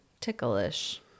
ticklish